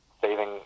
Saving